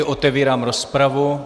Otevírám rozpravu.